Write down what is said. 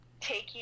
taking